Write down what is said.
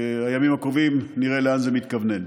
שבימים הקרובים נראה לאן זה מתכוונן.